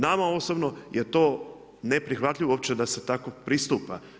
Nama osobno je to neprihvatljivo uopće da se tako pristupa.